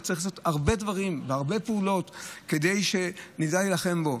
וצריך לעשות הרבה דברים והרבה פעולות כדי שנדע להילחם בו.